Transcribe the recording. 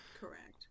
correct